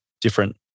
different